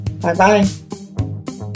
Bye-bye